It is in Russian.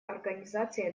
организации